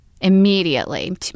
immediately